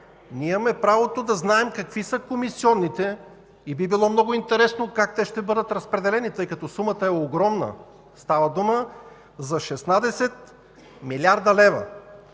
Ние имаме правото да знаем какви са комисионните и би било много интересно как те ще бъдат разпределени, тъй като сумата е огромна. Става дума за 16 млрд. лв.